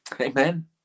Amen